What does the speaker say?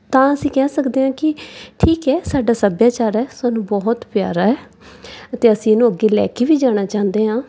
ਤਾਂ ਅਸੀਂ ਕਹਿ ਸਕਦੇ ਹਾਂ ਕਿ ਠੀਕ ਹੈ ਸਾਡਾ ਸੱਭਿਆਚਾਰ ਹੈ ਸਾਨੂੰ ਬਹੁਤ ਪਿਆਰਾ ਹੈ ਅਤੇ ਅਸੀਂ ਇਹਨੂੰ ਅੱਗੇ ਲੈ ਕੇ ਵੀ ਜਾਣਾ ਚਾਹੁੰਦੇ ਹਾਂ